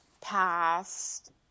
past